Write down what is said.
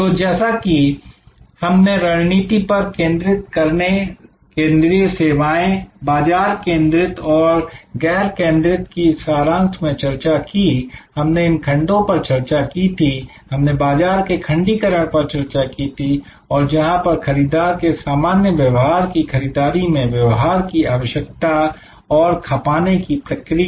तो जैसा कि हमने रणनीति पर केंद्रित करने केंद्रीय सेवाएं बाजार केंद्रित और गैर केंद्रित की सारांश में चर्चा की हमने इन खंडों पर चर्चा की थी हमने बाजार के खंडीकरण पर चर्चा की थी और जहां पर खरीददार के सामान्य व्यवहार की खरीदारी में व्यवहार की आवश्यकता और खपाने की प्रक्रिया